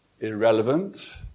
irrelevant